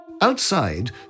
Outside